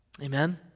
Amen